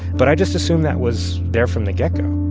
but i just assumed that was there from the get-go